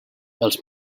els